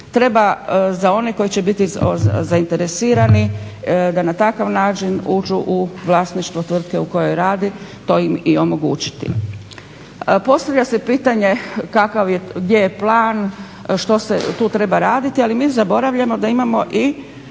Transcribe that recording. treba za one koji će biti zainteresirani da na takav način uđu u vlasništvo tvrtke u kojoj rade to im omogućiti. Postavlja se pitanje gdje je plan, što se tu treba raditi, ali mi zaboravljamo da imamo i